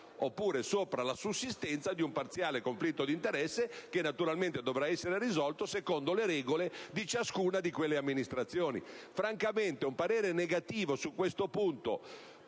oppure la sussistenza di un parziale conflitto d'interesse, che naturalmente dovrà essere risolto secondo le regole di ciascuna di quelle amministrazioni.